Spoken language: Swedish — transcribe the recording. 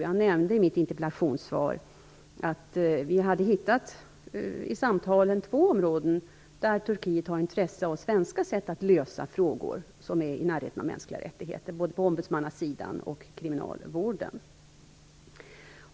Jag nämnde i mitt interpellationssvar att vi i samtalen har hittat två områden där Turkiet är intresserade av svenska sätt att lösa frågor som ligger nära de mänskliga rättigheterna, nämligen ombudsmannaväsendet och kriminalvården.